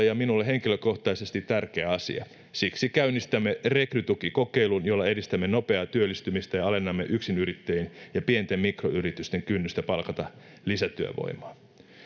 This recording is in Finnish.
ja minulle henkilökohtaisesti tärkeä asia siksi käynnistämme rekrytukikokeilun jolla edistämme nopeaa työllistymistä ja alennamme yksinyrittäjien ja pienten mikroyritysten kynnystä palkata lisätyövoimaa